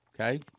Okay